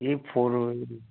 ए for वही